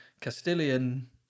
Castilian